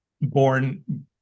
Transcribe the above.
born